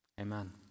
Amen